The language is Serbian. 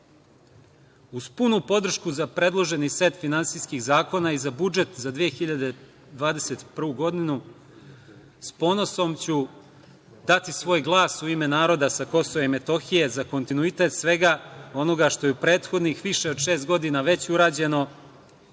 punu podršku za predloženi set finansijskih zakona i za budžet za 2021. godinu, s ponosom ću dati svoj glas u ime naroda sa Kosova i Metohije za kontinuitet svega onoga što je u prethodnih, više od šest godina, već urađeno